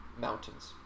mountains